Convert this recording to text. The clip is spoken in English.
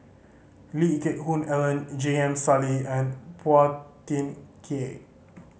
Lee Geck Hoon Ellen J M Sali and Phua Thin Kiay